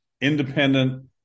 independent